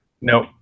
Nope